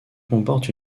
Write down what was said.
comporte